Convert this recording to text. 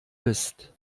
bist